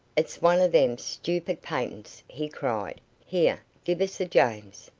it's one of them stoopid patents, he cried. here, give us a james.